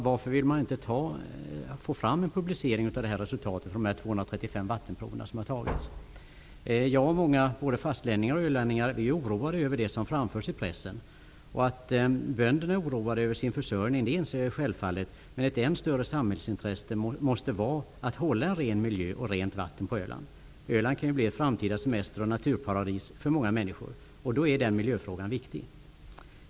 Varför vill man inte publicera resultaten från de 235 vattenprover som tagits? Jag och många andra, både fastlänningar och ölänningar, är oroade över det som framförs i pressen. Att bönder är oroade över sin försörjning inser jag självfallet, men ett än större samällsintresse måste vara att hålla miljön ren och vattnet rent på Öland. Öland kan ju bli ett framtida semester och naturparadis för många människor. Bl.a. därför är miljöfrågan viktig.